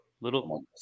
little